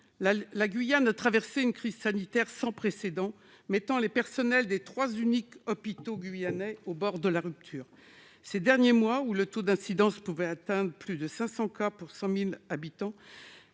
la Guyane a traversé une crise sanitaire sans précédent, qui a mis les personnels des trois seuls hôpitaux guyanais au bord de la rupture. Ces derniers mois, alors que le taux d'incidence frôlait les 500 cas pour 100 000 habitants,